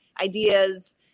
ideas